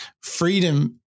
Freedom